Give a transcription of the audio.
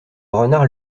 renard